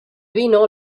vino